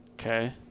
okay